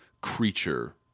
creature